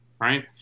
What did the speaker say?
Right